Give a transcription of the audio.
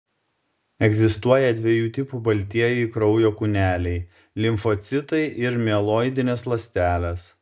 egzistuoja dviejų tipų baltieji kraujo kūneliai limfocitai ir mieloidinės ląstelės